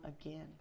again